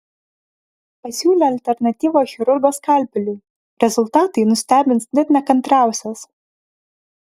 pasiūlė alternatyvą chirurgo skalpeliui rezultatai nustebins net nekantriausias